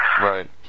Right